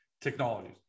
technologies